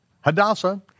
Hadassah